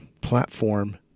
platform